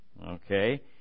Okay